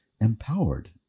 empowered